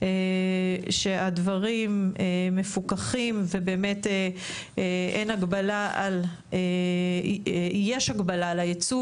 שהדברים מפוקחים ובאמת יש הגבלה על הייצוא